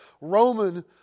Roman